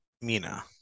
Mina